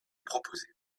proposées